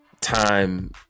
Time